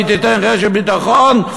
ותיתן רשת ביטחון.